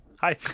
Hi